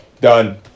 Done